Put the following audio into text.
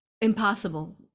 impossible